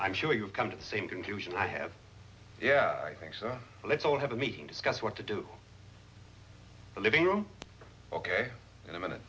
i'm sure you've come to the same conclusion i have yeah i think so let's all have a meeting to discuss what to do living room ok in a minute